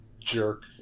jerk